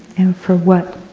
and for what